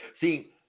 See